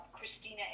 Christina